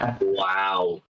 Wow